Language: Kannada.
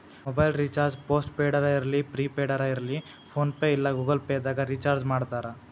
ಮೊಬೈಲ್ ರಿಚಾರ್ಜ್ ಪೋಸ್ಟ್ ಪೇಡರ ಇರ್ಲಿ ಪ್ರಿಪೇಯ್ಡ್ ಇರ್ಲಿ ಫೋನ್ಪೇ ಇಲ್ಲಾ ಗೂಗಲ್ ಪೇದಾಗ್ ರಿಚಾರ್ಜ್ಮಾಡ್ತಾರ